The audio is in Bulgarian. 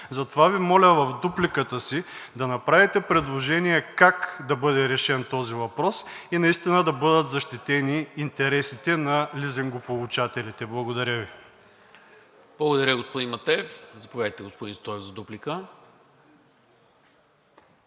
Затова Ви моля в дупликата си да направите предложение как да бъде решен този въпрос и да бъдат защитени интересите на лизингополучателите. Благодаря Ви. ПРЕДСЕДАТЕЛ НИКОЛА МИНЧЕВ: Благодаря, господин Матеев. Заповядайте, господин Стоев, за дуплика.